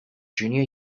junior